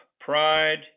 pride